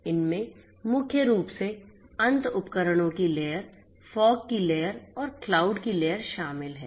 इनमे मुख्य रूप से अंत उपकरणों की लेयर फोग की लेयर और क्लाउड की लेयर शामिल है